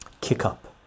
kick-up